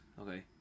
Okay